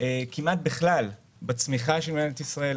כמעט בכלל בצמיחה של מדינת ישראל.